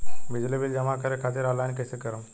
बिजली बिल जमा करे खातिर आनलाइन कइसे करम?